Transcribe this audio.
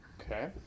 okay